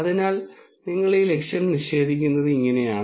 അതിനാൽ നിങ്ങൾ ഈ ലക്ഷ്യം നിഷേധിക്കുന്നത് ഇങ്ങനെയാണ്